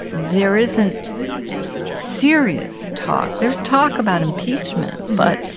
there isn't serious talk. there's talk about impeachment. but,